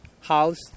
house